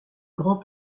grand